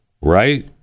right